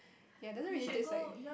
ya doesn't really taste like